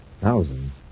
Thousands